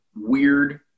weird